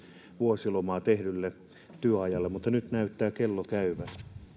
vuosilomaa tehdylle työajalle mutta nyt näyttää kello käyvän